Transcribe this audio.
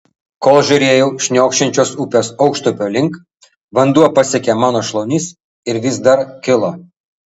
kol žiūrėjau šniokščiančios upės aukštupio link vanduo pasiekė mano šlaunis ir vis dar kilo